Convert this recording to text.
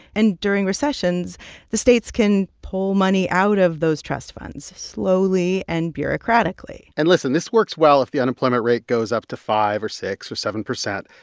and during recessions the states can pull money out of those trust funds slowly and bureaucratically and listen, this works well if the unemployment rate goes up to five or six or seven percent.